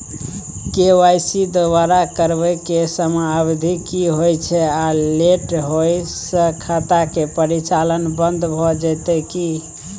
KYC दोबारा करबै के समयावधि की होय छै आ लेट होय स खाता के परिचालन बन्द भ जेतै की?